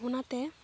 ᱚᱱᱟᱛᱮ